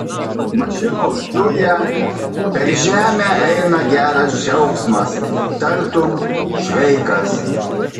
mašinos zuja per žemę eina geras džiaugsmas tartum šveikas